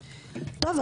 רגע,